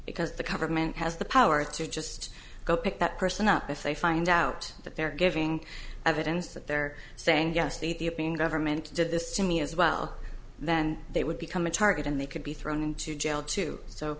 because the government has the power to just go pick that person up if they find out that they're giving evidence that they're saying yes they the opinion government did this to me as well then they would become a target and they could be thrown into jail too so